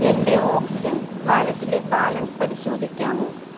എൻ്റെ ഓക്സിജൻ വാലറ്റിലെ ബാലൻസ് പരിശോധിക്കാമോ